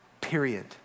Period